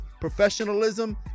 professionalism